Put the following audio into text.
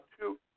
two